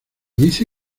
dice